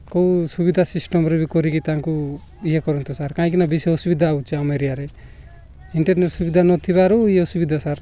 କେଉଁ ସୁବିଧା ସିଷ୍ଟମ୍ରେ ବି କରିକି ତାଙ୍କୁ ଇଏ କରନ୍ତୁ ସାର୍ କାହିଁକିନା ବେଶୀ ଅସୁବିଧା ହେଉଛି ଆମ ଏରିଆରେ ଇଣ୍ଟର୍ନେଟ୍ ସୁବିଧା ନଥିବାରୁ ଇଏ ଅସୁବିଧା ସାର୍